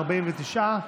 49,